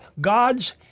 God's